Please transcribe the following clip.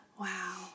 Wow